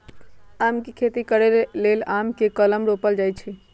आम के खेती करे लेल आम के कलम रोपल जाइ छइ